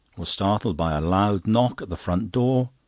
was startled by a loud knock at the front door.